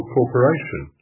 Corporation